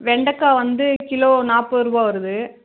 வெண்டக்காய் வந்து கிலோ நாற்பது ரூபாய் வருது